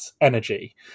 energy